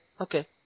okay